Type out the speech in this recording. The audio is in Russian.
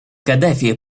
каддафи